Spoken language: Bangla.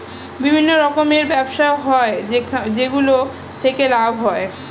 বিভিন্ন রকমের ব্যবসা হয় যেগুলো থেকে লাভ হয়